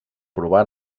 provar